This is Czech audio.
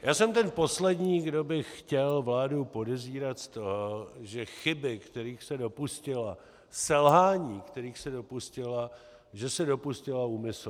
Já jsem ten poslední, kdo by chtěl vládu podezírat z toho, že chyby, kterých se dopustila, selhání, kterých se dopustila, se dopustila úmyslně.